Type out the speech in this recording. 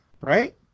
right